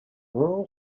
rural